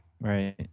right